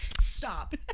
Stop